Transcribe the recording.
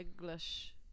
English